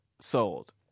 sold